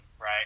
right